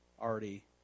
already